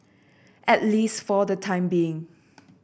at least for the time being